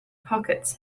pockets